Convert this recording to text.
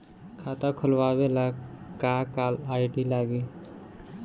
खाता खोलाबे ला का का आइडी लागी?